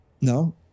No